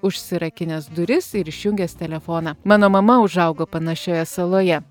užsirakinęs duris ir išjungęs telefoną mano mama užaugo panašioje saloje